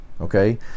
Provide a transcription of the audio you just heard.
okay